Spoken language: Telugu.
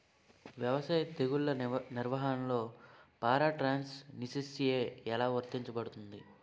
వ్యవసాయ తెగుళ్ల నిర్వహణలో పారాట్రాన్స్జెనిసిస్ఎ లా వర్తించబడుతుంది?